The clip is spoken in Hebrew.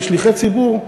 כשליחי ציבור,